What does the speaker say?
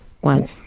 one